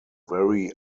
very